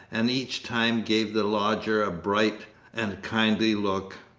and each time gave the lodger a bright and kindly look.